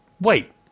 wait